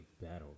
Battle